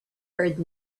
heard